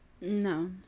No